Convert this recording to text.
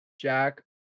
Jack